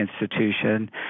institution